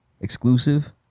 exclusive